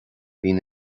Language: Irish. bíonn